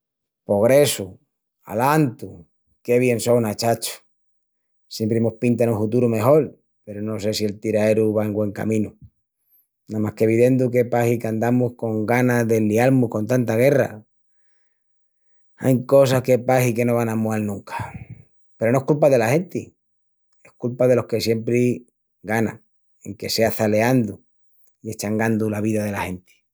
Pogressu, alantu! Qué bien sona, chacho! Siempri mos pintan un huturu mejol peru no sé si el tiraeru va en güen caminu, namás que videndu que pahi qu'andamus con ganas de lial-mus con tanta guerra. Ain cosas que pahi que no van a mual nunca. Peru no es culpa dela genti, es culpa delos que siempri ganan, enque sea çaleandu i eschangandu la vida ala genti.